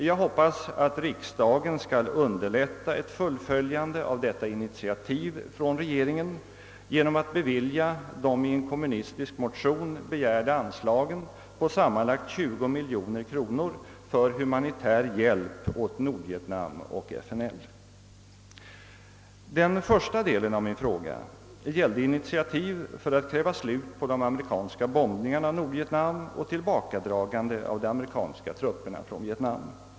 Jag hoppas att riksdagen skall underlätta ett fullföljande av detta regeringens initiativ genom att bevilja de i en kommunistisk motion begärda anslagen på sammanlagt 20 miljoner kronor för humanitär hjälp åt Nordvietnam och FNL. Den första delen av min fråga gällde initiativ för att kräva slut på de amerikanska bombningarna av Nordvietnam och tillbakadragande av de amerikanska trupperna från Vietnam.